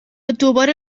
دوباره